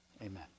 amen